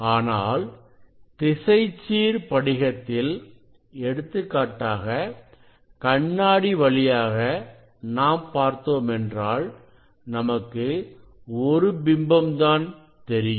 ஆனால் திசைச்சீர் படிகத்தில் எடுத்துக்காட்டாக கண்ணாடி வழியாக நான் பார்த்தோமென்றால் நமக்கு ஒரு பிம்பம் தான் தெரியும்